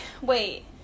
wait